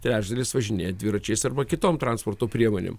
trečdalis važinėja dviračiais arba kitom transporto priemonėm